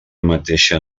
mateixa